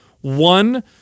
One